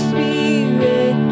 Spirit